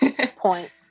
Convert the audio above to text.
point